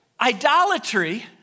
Idolatry